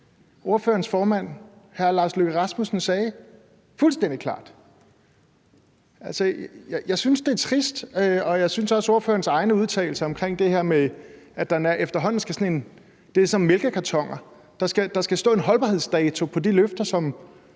ordførerens formand, hr. Lars Løkke Rasmussen, sagde fuldstændig klart. Jeg synes, det er trist, også ordførerens egne udtalelser og det her med, at det efterhånden er som med mælkekartoner, at der skal stå en holdbarhedsdato på de løfter, som